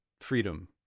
freedom